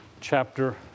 chapter